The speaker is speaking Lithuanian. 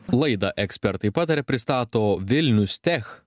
laidą ekspertai pataria pristato vilnius tech